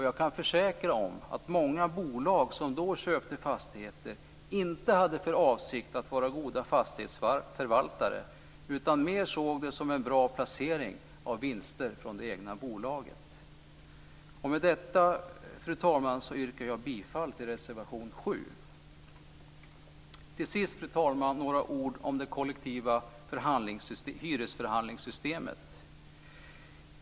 Jag kan försäkra att många bolag som då köpte fastigheter inte hade för avsikt att vara goda fastighetsförvaltare utan mera såg dem som en bra placering av vinster från det egna bolaget. Fru talman! Jag yrkar bifall till reservation 7. Fru talman! Till sist några ord om det kollektiva hyresförhandlingssystemet.